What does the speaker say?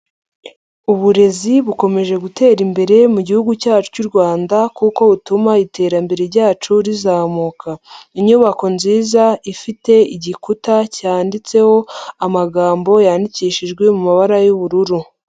Uburezi bukomeje gutera imbere mu gihugu cyacu cy'u Rwanda kuko butuma iterambere ryacu rizamuka. Inyubako nziza, ifite igikuta cyanditseho amagambo yandikishijwe mu mabara y'ubururu.